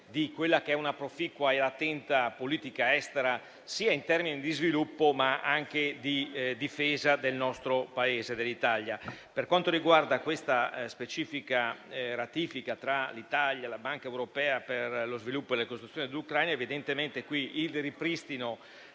segnale di una proficua e attenta politica estera sia in termini di sviluppo, sia in termini di difesa del nostro Paese. Per quanto riguarda questa specifica ratifica tra l'Italia e la Banca europea per lo sviluppo e la ricostruzione dell'Ucraina, evidentemente qui il ripristino